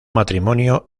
matrimonio